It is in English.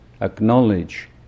acknowledge